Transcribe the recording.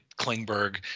Klingberg